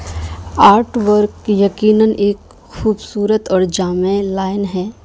art work یقیناً ایک خوبصورت اور جامع لائن ہے